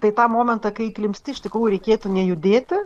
tai tą momentą kai įklimpsti iš tikrųjų reikėtų nejudėti